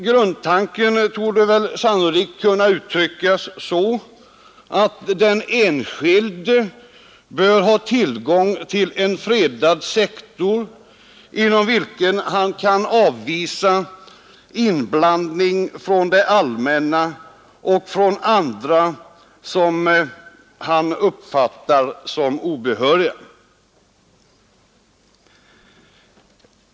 Grundtanken torde emellertid sannolikt kunna uttryckas så, att den enskilde bör ha tillgång till en fredad sektor inom vilken han kan avvisa inblandning från det allmänna och från andra som han uppfattar såsom obehöriga.